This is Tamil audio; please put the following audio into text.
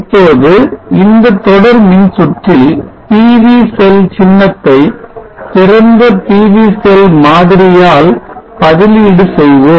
இப்பொழுது இந்த தொடர் மின்சுற்றில் PV செல் சின்னத்தை சிறந்த PV செல் மாதிரியால் பதிலீடு செய்வோம்